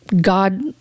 God